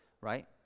right